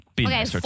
okay